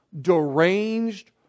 deranged